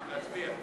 להצביע.